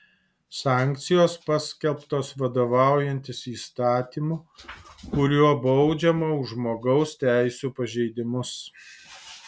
sankcijos paskelbtos vadovaujantis įstatymu kuriuo baudžiama už žmogaus teisių pažeidimus